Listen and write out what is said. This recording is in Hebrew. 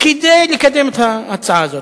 כדי לקדם את ההצעה הזאת.